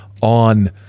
on